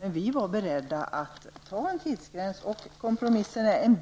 i vår motion. Vi var dock beredda att ha en tidsgräns, och vi kompromissade.